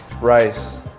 rice